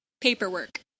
Paperwork